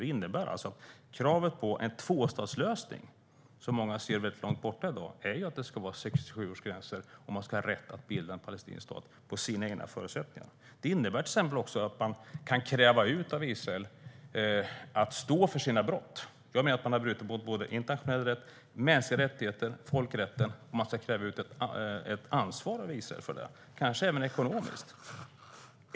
Det innebär att i kravet på en tvåstatslösning, som många ser som långt borta i dag, ingår att det ska vara 1967 års gränser och att man ska ha rätt att bilda en palestinsk stat med sina egna förutsättningar. Det innebär till exempel också att man kan kräva av Israel att de ska stå för sina brott. Jag menar att Israel har brutit mot såväl internationell rätt som mänskliga rättigheter och folkrätten. Det ska utkrävas ett ansvar av Israel för detta, kanske även ekonomiskt.